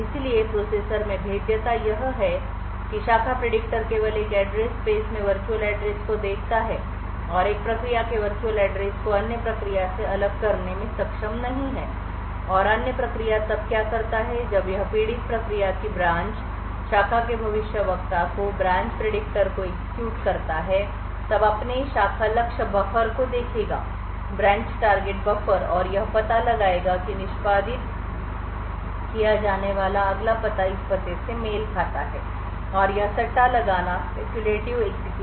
इस प्रोसेसर में भेद्यता यह है कि शाखा प्रेडिक्टर केवल एक एड्रेस स्पेस में वर्चुअल एड्रेस को देखता है और एक प्रक्रिया के वर्चुअल एड्रेस को अन्य प्रक्रिया से अलग करने में सक्षम नहीं है और अन्य प्रक्रिया तब क्या करता है जब यह पीड़ित प्रक्रिया की ब्रांच शाखा के भविष्यवक्ता को ब्रांच प्रिडिक्टर को एग्जीक्यूट करता है तब अपने शाखा लक्ष्य बफर को देखेगा और यह पता लगाएगा कि निष्पादित किया जाने वाला अगला पता इस पते से मेल खाता है और यह सट्टा लगाना शुरू कर देगा